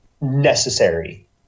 necessary